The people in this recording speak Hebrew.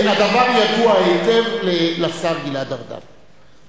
הדבר ידוע היטב לשר גלעד ארדן.